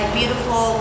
beautiful